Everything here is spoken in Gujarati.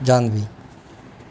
જ્હાનવી